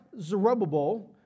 Zerubbabel